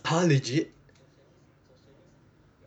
!huh! legit